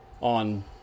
on